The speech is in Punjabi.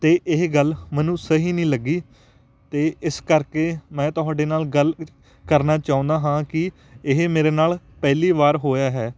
ਅਤੇ ਇਹ ਗੱਲ ਮੈਨੂੰ ਸਹੀ ਨਹੀਂ ਲੱਗੀ ਅਤੇ ਇਸ ਕਰਕੇ ਮੈਂ ਤੁਹਾਡੇ ਨਾਲ ਗੱਲ ਕਰਨਾ ਚਾਹੁੰਦਾ ਹਾਂ ਕਿ ਇਹ ਮੇਰੇ ਨਾਲ ਪਹਿਲੀ ਵਾਰ ਹੋਇਆ ਹੈ